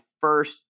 first